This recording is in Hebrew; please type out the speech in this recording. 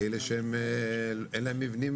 לאלה שהם אין להם מבנים